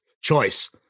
choice